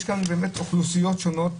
יש כאן באמת אוכלוסיות שונות,